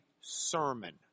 sermon